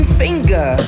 finger